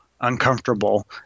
uncomfortable